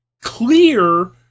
clear